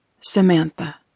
Samantha